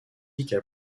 mythique